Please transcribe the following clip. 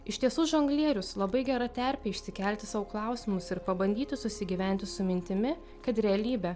iš tiesų žonglierius labai gera terpė išsikelti sau klausimus ir pabandyti susigyventi su mintimi kad realybė